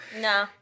No